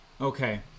Okay